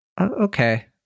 okay